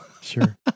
Sure